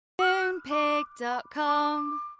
Moonpig.com